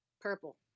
purple